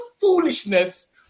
foolishness